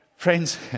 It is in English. Friends